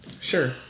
Sure